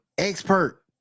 expert